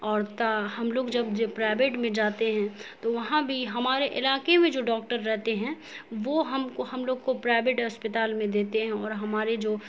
اور ہم لوگ جب پرائیویٹ میں جاتے ہیں تو وہاں بھی ہمارے علاقے میں جو ڈاکٹر رہتے ہیں وہ ہم کو ہم لوگ کو پرائیویٹ اسپتال میں دیتے ہیں اور ہمارے جو